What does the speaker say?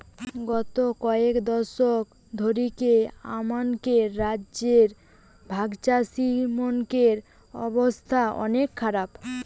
গত কয়েক দশক ধরিকি আমানকের রাজ্য রে ভাগচাষীমনকের অবস্থা অনেক খারাপ